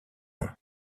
nom